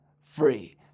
free